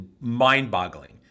mind-boggling